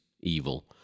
evil